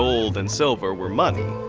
gold and silver were money.